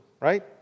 Right